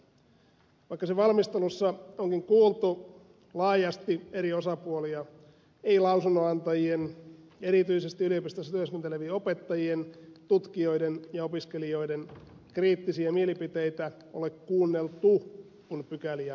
vaikka sen valmistelussa onkin kuultu laajasti eri osapuolia ei lausunnonantajien erityisesti yliopistoissa työskentelevien opettajien tutkijoiden ja opiskelijoiden kriittisiä mielipiteitä ole kuunneltu kun pykäliä on kirjoitettu